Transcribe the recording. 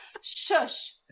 Shush